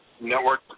network